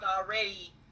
already